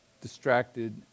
distracted